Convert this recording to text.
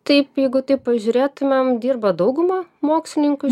taip jeigu taip pažiūrėtumėm dirba dauguma mokslininkų